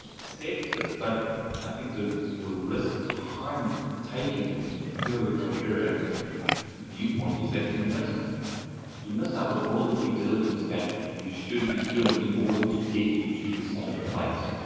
sectors, but i think the the risk behind taking purely a contrarian viewpoint is that you miss you miss out on all of the due diligence that you should be doing in order to get you to the same place.